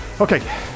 Okay